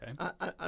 Okay